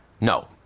no